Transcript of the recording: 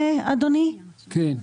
כן.